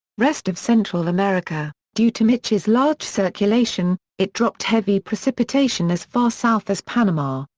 rest of central america due to mitch's large circulation, it dropped heavy precipitation as far south as panama,